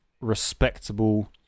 respectable